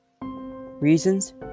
Reasons